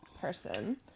person